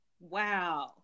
Wow